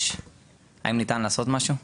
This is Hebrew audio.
האם ניתן לעשות משהו?